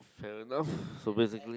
fair enough so basically